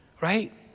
right